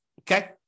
Okay